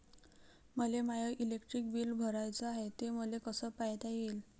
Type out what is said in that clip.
मले माय electric bill भराचं हाय, ते मले कस पायता येईन?